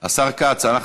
חבר הכנסת סאלח סעד,